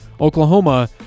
Oklahoma